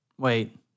Wait